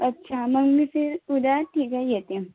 अच्छा मग मी ते उद्या ठीक आहे येते